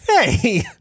hey